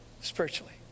Spiritually